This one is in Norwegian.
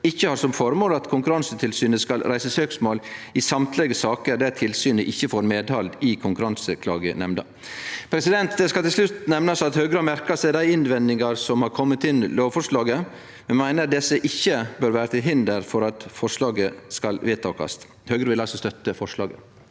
ikkje har som føremål at Konkurransetilsynet skal reise søksmål i alle saker der tilsynet ikkje får medhald i Konkurranseklagenemnda. Det skal til slutt nemnast at Høgre har merka seg dei innvendingane som har kome til lovforslaget, men mei ner at desse ikkje bør vere til hinder for at forslaget skal vedtakast. Høgre vil støtte lovforslaget.